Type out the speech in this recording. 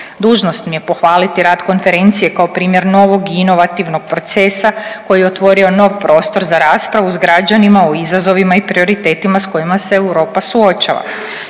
Dužnost mi je pohvaliti rad Konferencije kao primjer novog i inovativnog procesa koji je otvorio nov prostor za raspravu s građanima o izazovima i prioritetima s kojima se Europa suočava.